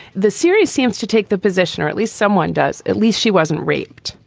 the series seems to take the position, or at least someone does. at least she wasn't raped.